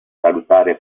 salutare